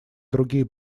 другие